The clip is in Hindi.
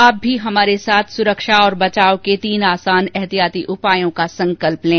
आप भी हमारे साथ सुरक्षा और बचाव के तीन आसान एहतियाती उपायों का संकल्प लें